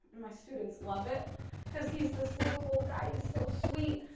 my students love it because he's this little old guy, he's so sweet,